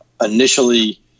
Initially